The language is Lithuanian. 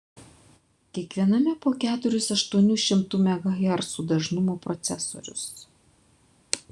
kiekviename po keturis aštuonių šimtų megahercų dažnumo procesorius